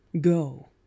go